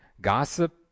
Gossip